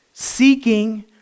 Seeking